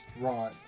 right